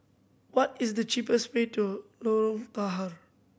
what is the cheapest way to Lorong Tahar